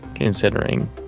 Considering